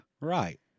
Right